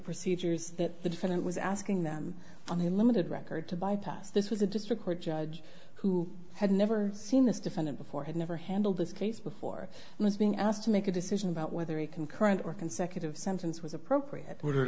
procedures that the defendant was asking them on the limited record to bypass this was a district court judge who had never seen this defendant before had never handled this case before and was being asked to make a decision about whether a concurrent or consecutive sentence was appropriate would